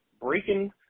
breaking